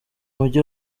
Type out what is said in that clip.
mujyi